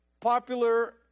popular